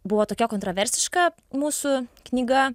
buvo tokia kontroversiška mūsų knyga